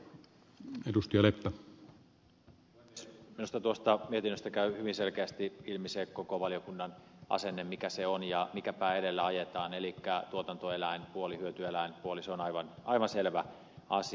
minusta tuosta mietinnöstä käy hyvin selkeästi ilmi koko valiokunnan asenne mikä se on ja mikä pää edellä ajetaan elikkä tuotantoeläinpuoli hyötyeläinpuoli se on aivan selvä asia